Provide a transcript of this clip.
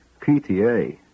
PTA